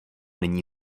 nyní